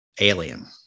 Alien